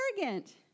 arrogant